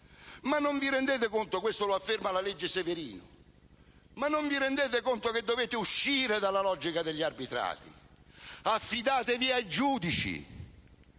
ai dirigenti pubblici? Questo lo afferma la legge Severino: ma non vi rendete conto che dovete uscire dalla logica degli arbitrati? Affidatevi a quei giudici